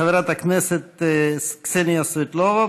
חברת הכנסת קסניה סבטלובה,